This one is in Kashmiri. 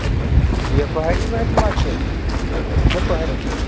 یہِ پہٲڑی وہٲڑۍ مہ چھُ نہ پہٲ